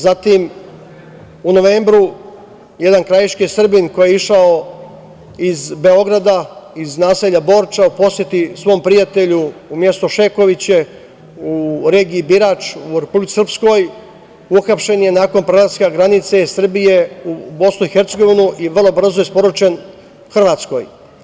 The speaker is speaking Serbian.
Zatim, u novembru jedan krajiški Srbin koji je išao iz Beograd, iz naselja Borča, u posetu svom prijatelju u mesto Šekoviće u regiji Birač u Republici Srpskoj uhapšen je nakon prelaska granice Srbije u BiH i vrlo brzo isporučen Hrvatskoj.